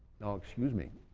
no excuse me,